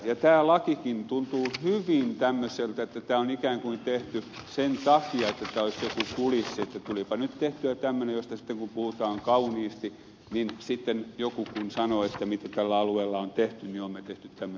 tämä lakikin tuntuu hyvin semmoiselta että tämä on ikään kuin tehty sen takia että tämä olisi joku kulissi tulipa nyt tehtyä tämmöinen josta sitten kun puhutaan kauniisti kun joku sanoo mitä tällä alueella on tehty niin sanotaan että on tehty tämmöinen lakikin